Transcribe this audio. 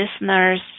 listeners